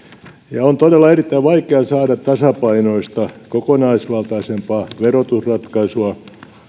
on todella erittäin vaikea saada tasapainoista kokonaisvaltaisempaa verotusratkaisua